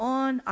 on